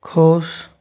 खुश